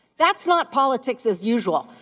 that's not politics as usual,